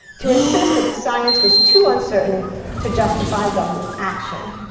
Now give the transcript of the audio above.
to insist that the science was too uncertain to justify government action.